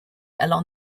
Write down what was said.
along